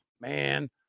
man